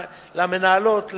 למנהלות,